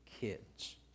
kids